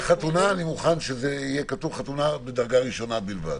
חתונה אני מוכן שיהיה כתוב חתונה בדרגה ראשונה בלבד.